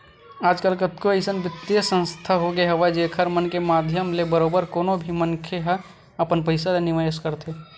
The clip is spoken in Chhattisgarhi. आजकल कतको अइसन बित्तीय संस्था होगे हवय जेखर मन के माधियम ले बरोबर कोनो भी मनखे मन ह अपन पइसा ल निवेस करथे